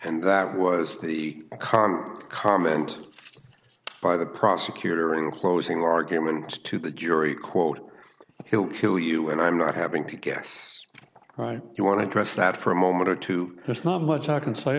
and that was the economy comment by the prosecutor in closing arguments to the jury quote he'll kill you and i'm not having to guess right you want to press that for a moment or two there's not much i can say